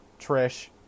Trish